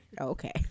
Okay